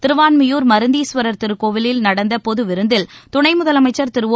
திருவான்மியூர் மருந்தீஸ்வரர் திருக்கோவிலில் நடந்த பொது விருந்தில் துணை முதலமைச்சர் திரு ஒ